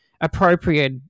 appropriate